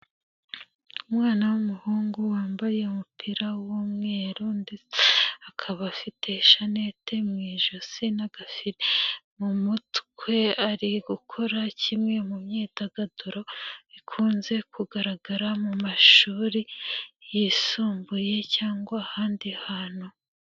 Umwana w'umuhungu wambaye umupira w'umweru ndetse akaba afite Ishanete mu ijosi n'agafire mu mutwe, ari gukora kimwe mu myidagaduro ikunze kugaragara mu mashuri yisumbuye cyangwa ahandi hantu.